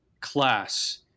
Class